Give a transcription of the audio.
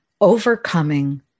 overcoming